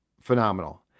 phenomenal